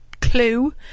clue